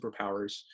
superpowers